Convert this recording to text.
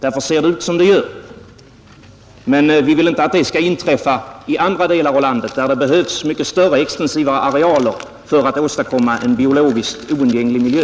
Därför ser det ut som det gör. Men vi vill inte att den situationen skall inträffa i andra delar av landet, där det behövs mycket större extensiva arealer för att åstadkomma en biologiskt oundgänglig miljö.